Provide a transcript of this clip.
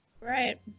Right